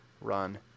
run